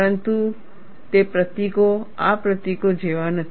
પરંતુ તે પ્રતીકો આ પ્રતીકો જેવા નથી